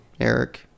Eric